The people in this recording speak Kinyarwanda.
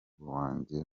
wanjye